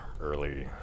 early